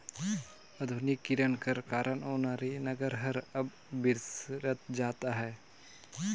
आधुनिकीकरन कर कारन ओनारी नांगर हर अब बिसरत जात अहे